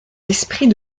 esprit